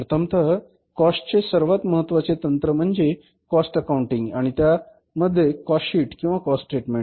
प्रथमतः कॉस्ट चे सर्वात महत्वाचे तंत्र म्हणजे कॉस्ट अकाउंटिंग आणि त्या मध्ये कॉस्ट शीट किंवा कॉस्ट स्टेटमेंट